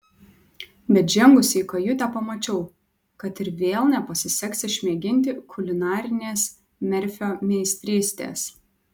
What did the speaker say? bet žengusi į kajutę pamačiau kad ir vėl nepasiseks išmėginti kulinarinės merfio meistrystės